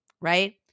right